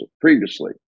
previously